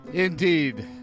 Indeed